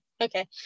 okay